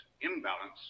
imbalance